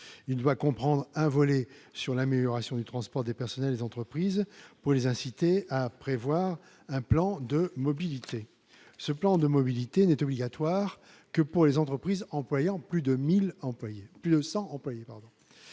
Il doit comprendre un volet sur l'amélioration du transport des personnels des entreprises pour les inciter à prévoir un plan de mobilité. Ce plan de mobilité n'est obligatoire que pour les entreprises employant plus de 100 personnes.